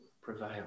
prevail